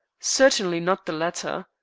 certainly not the latter.